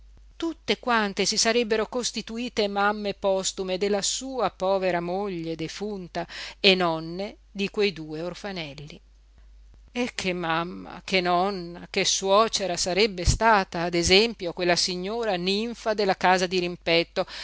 tutte quante si sarebbero costituite mamme postume della sua povera moglie defunta e nonne di quei due orfanelli e che mamma che nonna che suocera sarebbe stata ad esempio quella signora ninfa della casa